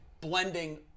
blending